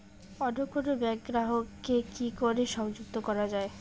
অন্য কোনো ব্যাংক গ্রাহক কে কি করে সংযুক্ত করা য়ায়?